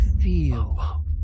feel